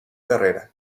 carrera